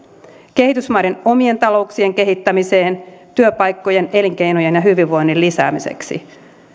kehitysmaiden omien talouksien kehittämiseen työpaikkojen elinkeinojen ja hyvinvoinnin lisäämiseksi